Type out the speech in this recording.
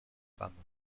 femmes